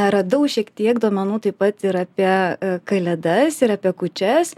radau šiek tiek duomenų taip pat ir apie kalėdas ir apie kūčias